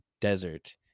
desert